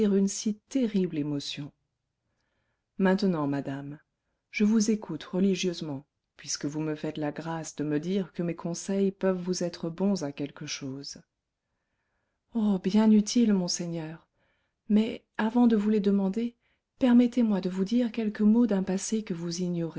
une si terrible émotion maintenant madame je vous écoute religieusement puisque vous me faites la grâce de me dire que mes conseils peuvent vous être bons à quelque chose oh bien utiles monseigneur mais avant de vous les demander permettez-moi de vous dire quelques mots d'un passé que vous